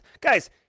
Guys